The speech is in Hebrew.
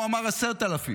הוא אמר: 10,000,